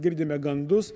girdime gandus